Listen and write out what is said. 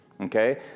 Okay